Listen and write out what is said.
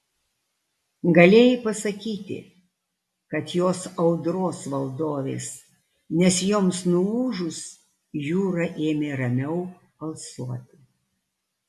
galėjai pasakyti kad jos audros valdovės nes joms nuūžus jūra ėmė ramiau alsuoti